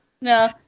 No